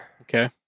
Okay